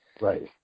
Right